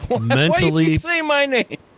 mentally